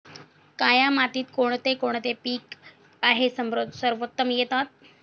काया मातीत कोणते कोणते पीक आहे सर्वोत्तम येतात?